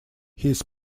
his